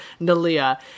Nalia